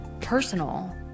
personal